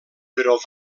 però